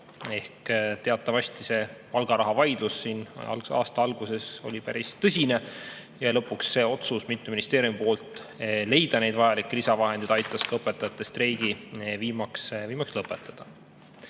Teatavasti see palgaraha vaidlus siin aasta alguses oli päris tõsine ja lõpuks see otsus mitme ministeeriumi poolt leida vajalikke lisavahendid aitas ka õpetajate streigi viimaks lõpetada.